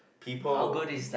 people